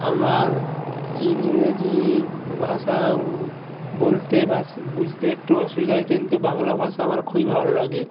আমার ইংরেজি ভাষা বলতে বা বুঝতে একটু অসুবিধা হয় কিন্তু বাংলা ভাষা আমার খুবই ভালো লাগে